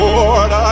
Lord